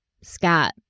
Scott